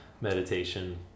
meditation